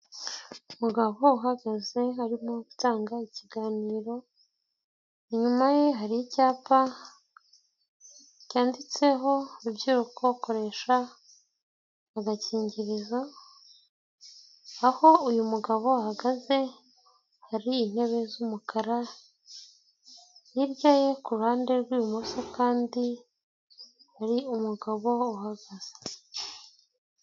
Umugabo uhagaze arimo gutanga ikiganiro, inyuma ye hari icyapa cyanditseho urubyiruko koresha agakingirizo; aho uyu mugabo ahagaze hari intebe z'umukara, hirya ye kuruhande rw'ibumoso kandi hari umugabo uhagaze.